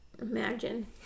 imagine